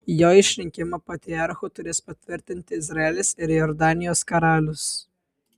jo išrinkimą patriarchu turės patvirtinti izraelis ir jordanijos karalius